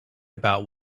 about